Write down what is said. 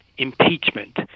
impeachment